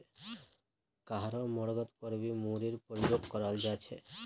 कहारो मर्गत पर भी मूरीर प्रयोग कराल जा छे